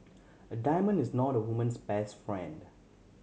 a diamond is not a woman's best friend